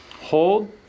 hold